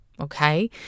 Okay